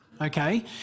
okay